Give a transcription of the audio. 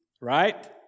right